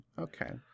okay